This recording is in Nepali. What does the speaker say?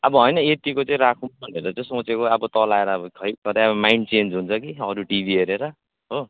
अब होइन यतिको चाहिँ राखौँ भनेर चाहिँ सोचेको अब तल आएर अब खै कतै माइन्ड चेन्ज हुन्छ कि अरू टिभी हेरेर हो